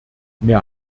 mehr